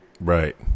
right